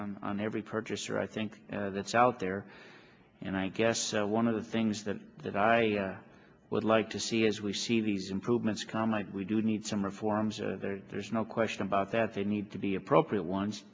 on on every purchaser i think that's out there and i guess one of the things that that i would like to see as we see these improvements come like we do need some reforms there's no question about that they need to be appropriate ones